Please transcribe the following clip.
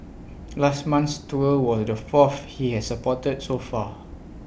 last month's tour was the fourth he has supported so far